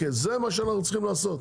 זה מה שאנחנו צריכים לעשות.